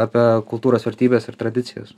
apie kultūros vertybes ir tradicijas